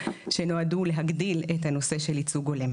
שנועדו להגדיל את הנושא של ייצוג הולם.